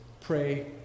pray